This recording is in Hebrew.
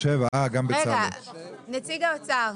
נציג האוצר,